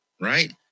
right